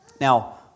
Now